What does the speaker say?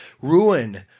Ruin